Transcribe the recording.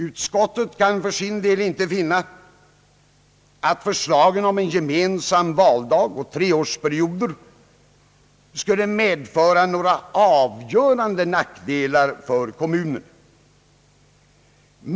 Utskottet kan för sin del inte finna att förslagen om gemensam valdag och treåriga mandatperioder skulle innebära några avgörande nackdelar för kommunerna.